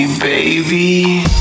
Baby